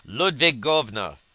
Ludvigovna